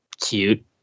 Cute